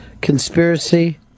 conspiracy